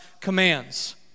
commands